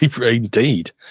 Indeed